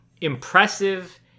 impressive